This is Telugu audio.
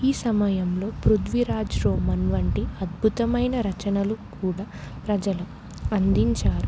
ఈ సమయంలో పృథ్వీరాజ్ రోమన్ వంటి అద్భుతమైన రచనలు కూడా ప్రజలకు అందించారు